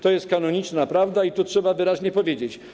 To jest kanoniczna prawda i to trzeba wyraźnie powiedzieć.